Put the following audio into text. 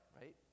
right